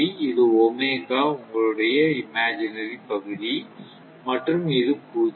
இது ஒமேகா உங்களின் இமாஜினரி பகுதி மற்றும் இது பூஜ்ஜியம்